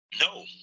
No